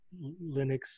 Linux